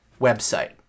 website